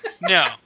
No